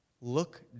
Look